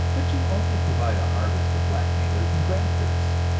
but you only provide a harvest for blackmailers and grafters.